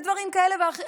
ודברים כאלה ואחרים,